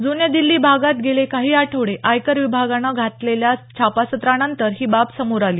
जुन्या दिल्ली भागात गेले काही आठवडे आयकर विभागानं घातलेल्या छापासत्रानंतर ही बाब समोर आली